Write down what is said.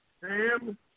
Sam